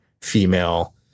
female